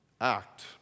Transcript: act